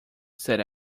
said